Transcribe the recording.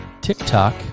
TikTok